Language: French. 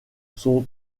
sont